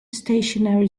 stationary